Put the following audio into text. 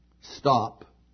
stop